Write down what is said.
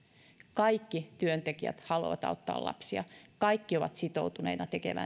kaikki työntekijät haluavat auttaa lapsia kaikki ovat sitoutuneita tekemään